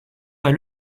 pas